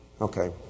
okay